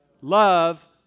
Love